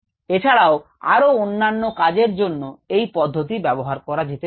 এছাড়াও আরো অন্যান্য কাজের জন্য এই পদ্ধতি ব্যবহার করা যেতে পারে